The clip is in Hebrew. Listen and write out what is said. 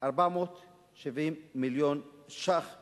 ו-470 מיליון שקל